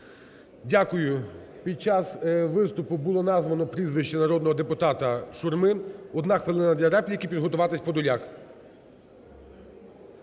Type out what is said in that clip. Дякую. Пі час виступу було названо прізвище народного депутата Шурми. Одна хвилина для репліки. Підготуватися Подоляк.